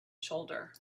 shoulder